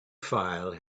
file